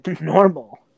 normal